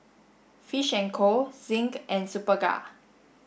Fish and Co Zinc and Superga